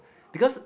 because